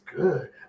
good